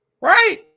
right